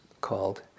called